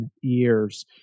years